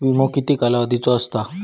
विमो किती कालावधीचो असता?